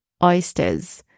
Oysters